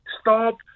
stop